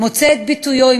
מוצא את ביטויו,